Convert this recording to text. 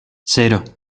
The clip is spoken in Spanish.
cero